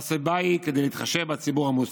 והסיבה היא כדי להתחשב בציבור המוסלמי.